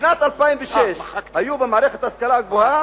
בשנת 2006 היו במערכת ההשכלה הגבוהה